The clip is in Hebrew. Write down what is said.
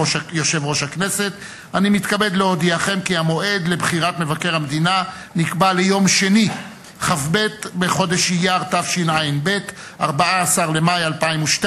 י' בחודש ניסן תשע"ב, 2 בחודש אפריל 2012 למניינם.